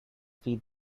feed